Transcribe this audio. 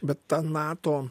bet ta nato